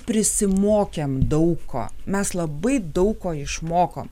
prisimokėm daug ko mes labai daug ko išmokom